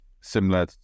similar